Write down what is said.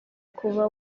kuba